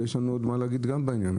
יש לנו עוד מה להגיד גם בעניין.